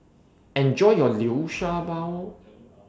Enjoy your Liu Sha Bao